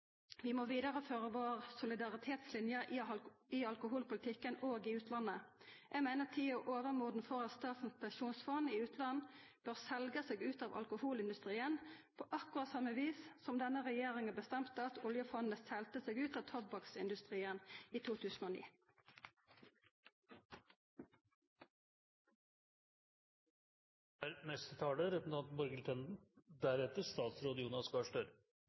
vi må vidareføra vår solidaritetslinje i alkoholpolitikken i utlandet òg. Eg meiner at tida er overmoden for at Statens pensjonsfond utland bør selja seg ut av alkoholindustrien, på akkurat same vis som at denne regjeringa bestemte at oljefondet skulle selja seg ut av tobakksindustrien i 2009.